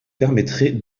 permettrez